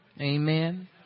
Amen